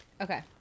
Okay